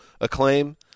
acclaim